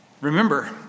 Remember